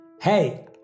Hey